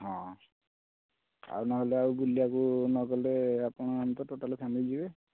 ହଁ ଆଉ ନହେଲେ ଆଉ ବୁଲିବାକୁ ନ ଗଲେ ଆପଣ ଆମେ ତ ଟୋଟାଲ୍ ଫ୍ୟାମିଲି ଯିବେ